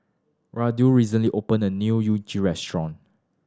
Rudolf recently opened a new Unagi restaurant